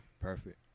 Perfect